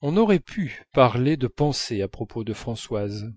on n'aurait pu parler de pensée à propos de françoise